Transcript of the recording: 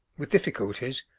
with difficulties,